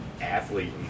athlete